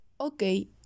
Okay